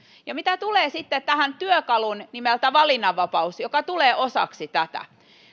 mitä tulee sitten tähän työkaluun nimeltä valinnanvapaus joka tulee osaksi tätä niin